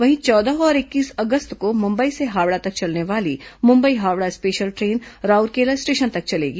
वहीं चौदह और इक्कीस अगस्त को मुंबई से हावड़ा तक चलने वाली Mumbai Howrah special train Rourkela station तक चलेगी